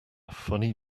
funny